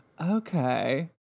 Okay